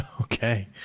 Okay